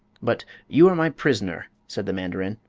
but you are my prisoner, said the mandarin.